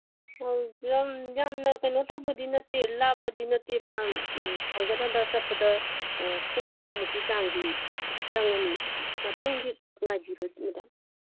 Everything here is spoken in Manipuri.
ꯑꯣ ꯌꯥꯝꯅ ꯀꯩꯅꯣ ꯇꯧꯕꯗꯤ ꯅꯠꯇꯦ ꯂꯥꯞꯄꯗꯤ ꯅꯠꯇꯦ ꯃꯥ ꯍꯟꯒꯠ ꯍꯟꯗꯥ ꯆꯠꯄꯗ ꯄꯨꯡ ꯑꯃꯃꯨꯛꯀꯤ ꯆꯥꯡꯗꯤ ꯆꯪꯉꯅꯤ ꯉꯥꯇꯪꯗꯤ ꯉꯥꯏꯕꯤꯔꯣ ꯃꯦꯗꯥꯝ